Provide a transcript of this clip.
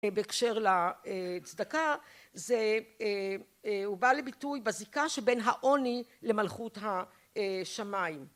בהקשר לצדקה, הוא בא לביטוי בזיקה שבין העוני למלכות השמיים.